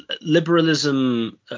liberalism